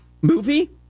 movie